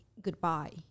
goodbye